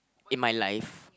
in my life